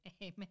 Amen